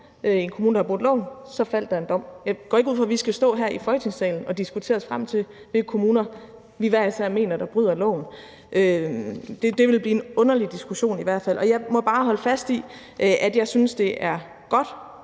en kommune har brudt loven, så falder der en dom. Jeg går ikke ud fra, at vi skal stå i Folketingssalen og diskutere os frem til, hvilke kommuner vi hver især mener bryder loven. Det ville blive en underlig diskussion i hvert fald. Og jeg må bare holde fast i, at jeg synes, det er godt,